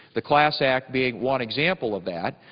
the class act being one example of that.